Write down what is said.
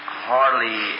hardly